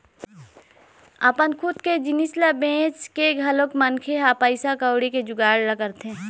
अपन खुद के जिनिस ल बेंच के घलोक मनखे ह पइसा कउड़ी के जुगाड़ ल करथे